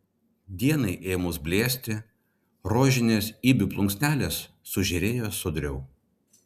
dienai ėmus blėsti rožinės ibių plunksnelės sužėrėjo sodriau